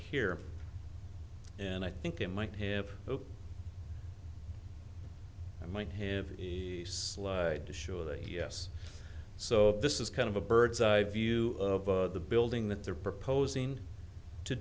here and i think it might have i might have to show that yes so this is kind of a bird's eye view of the building that they're proposing to